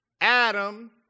Adam